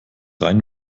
rein